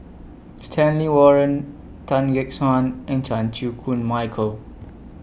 Stanley Warren Tan Gek Suan and Chan Chew Koon Michael